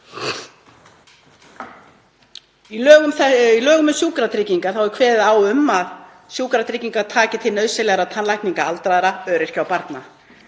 Í lögum um sjúkratryggingar er kveðið á um að sjúkratryggingar taki til nauðsynlegra tannlækninga aldraðra, öryrkja og barna.